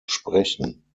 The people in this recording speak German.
sprechen